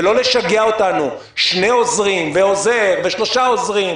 ולא לשגע אותנו שני עוזרים ועוזר ושלושה עוזרים,